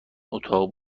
اتاق